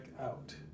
out